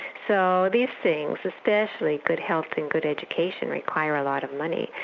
so these things especially good health and good education require a lot of money,